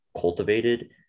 cultivated